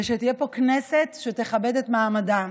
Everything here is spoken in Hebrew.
ושתהיה פה כנסת שתכבד את מעמדה.